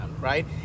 right